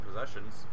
possessions